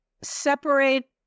separate